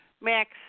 Max